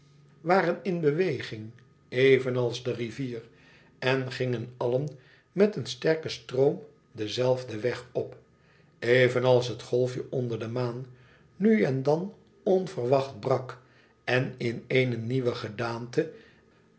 waren in beweging evenals de rivier en gingen allen met een sterken stroom denzelfden weg op evenals het golfje onder de maan nu en dan onverwacht brak en in eene nieuwe gedaante